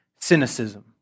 cynicism